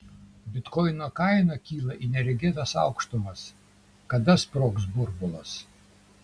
bitkoino kaina kyla į neregėtas aukštumas kada sprogs burbulas